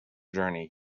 journey